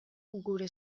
gure